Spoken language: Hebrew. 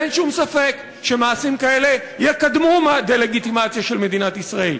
ואין שום ספק שמעשים כאלה יקדמו דה-לגיטימציה של מדינת ישראל.